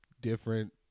different